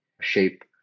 shape